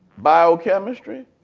biochemistry.